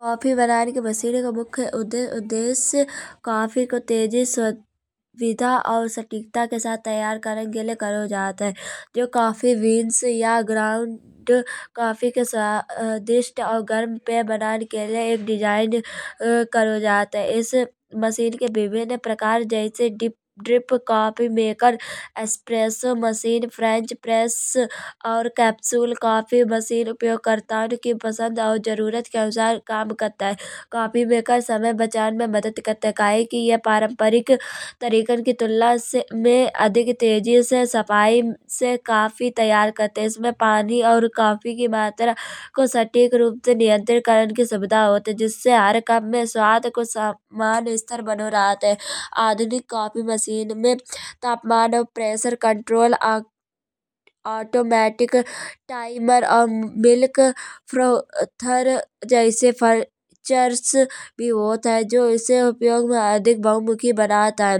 कॉफी बनान की मशीन को मुख्य उद्देश्य कॉफी को तेजी से सीधा और सटीकता के साथ तैयार करण के लाए करो जात है। जो काफी बीन्स या ग्रांड कॉफी के स्वादिष्ट और गर्म पाय बनान के लाए एक डिजाइन करो जात है। इस मशीन के विभिन्न प्रकार जैसे दीप drip coffee maker espresso machine French press और कैप्सूल कॉफी मशीन उपयोग करताओ की पसंद और जरूरत के अनुसार काम करत है। कॉफी मेकर समय बचान में मदद करत है। कहे की यह पारंपरिक तरीके की तुलना से में अधिक तेजी से सफाई से कॉफी तैयार करत है। इसमें पानी और कॉफी की मात्रा को सटीक रूप से नियंत्रित करण की सुविधा होत है। जिससे हर काम में स्वाद को समान्य इस्थर बनो रहत है। आधुनिक कॉफी मशीन में तापमान और प्रेशर कंट्रोल ऑटोमैटिक टाइमर और मिल्क फ्रोथर जैसे फीचर्स भी होत है। जो इसे उपयोग में अधिक बहुत मुख्य बनात है।